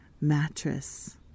mattress